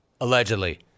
Allegedly